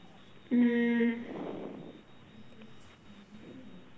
mm